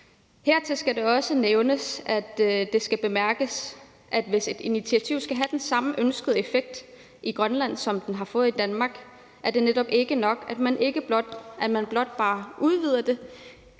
Hertil skal det også bemærkes, at hvis et initiativ skal have den samme ønskede effekt i Grønland, som det har fået i Danmark, er det netop ikke nok, at man blot udvider det,